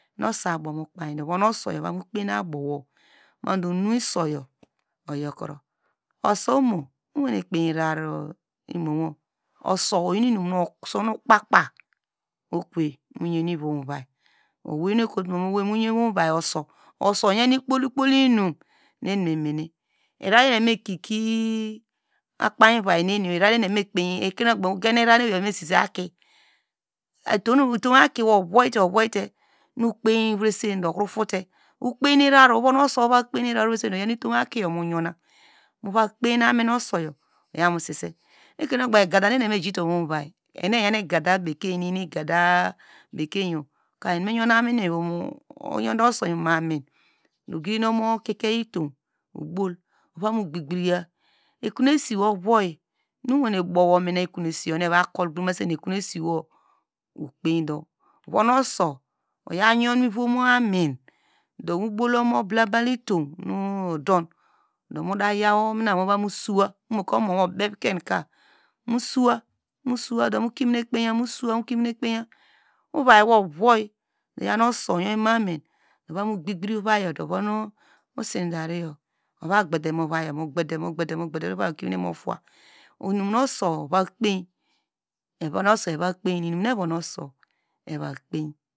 Nu- uso abowmu kpi du ovuno usoyor ovamu kpene ubuno, madu unu usoyor oyorkro, uso omo owene kpei irara imowo, uso oyi inunu sunokpakpa mu ivom vai, uso oyan ikpol, ikpol inum nu eni memene, ivara nu eni eva mikiki ukpei ovai neni ekronu ogbanke itow aki yor ovortei nu okpeyi vresindo okro fote, ukpei nu irarawo, ovonu uso uva kpeinu okrenu enu eyan igada bekein yorka oyonde uso mu ivom amin ogidi umo koko itow, ekunesiwo uvor nu owane bow umina ekunesiwo okpeidu ovonu uso oya yon mivomu amin do mu baw omo blaba muda yor omina muva sosowa, omuka omowo uberke ka musosowa musosowa, domokimin kpeye musosowa, uvav wo ovor oyanu uso yon mi yi amin ovamu gugri ovayodu ovom usida riyor uva gedemu ovai yor mu gede, muyede do ovaiyor ukimine mutowa inum evon uso eva kpei nu inum nu evo uso eva pkei.